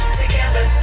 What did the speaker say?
together